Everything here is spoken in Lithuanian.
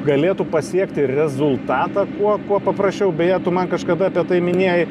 galėtų pasiekti rezultatą kuo kuo paprasčiau beje tu man kažkada apie tai minėjai